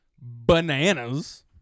bananas